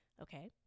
Okay